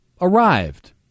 arrived